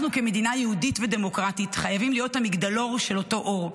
אנחנו כמדינה יהודית ודמוקרטית חייבים להיות המגדלור של אותו אור.